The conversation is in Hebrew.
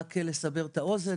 רק לסבר את האוזן,